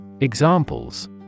Examples